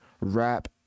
rap